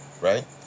right